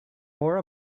more